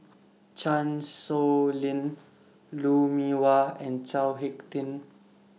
Chan Sow Lin Lou Mee Wah and Chao Hick Tin